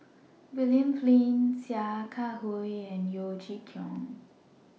William Flint Sia Kah Hui and Yeo Chee Kiong